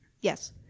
yes